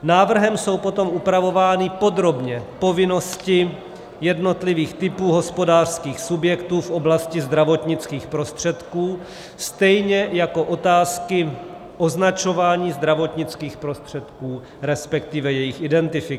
Návrhem jsou potom upravovány podrobně povinnosti jednotlivých typů hospodářských subjektů v oblasti zdravotnických prostředků, stejně jako otázky označování zdravotnických prostředků, respektive jejich identifikace.